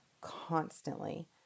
constantly